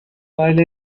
baile